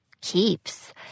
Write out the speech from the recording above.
Keeps